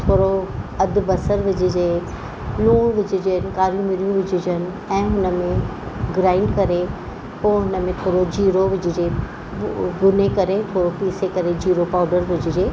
थोरो अधि बसर विझिजे लुणु विझजे कारो मिरियूं विझजनि ऐं हुनमें ग्राइंड करे पोइ हुनमें थोरो जीरो विझिजे भुने करे थोरो पीसे करे जीरो पाउडर विझजे